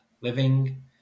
Living